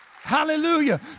Hallelujah